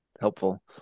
helpful